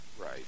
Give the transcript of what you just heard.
Right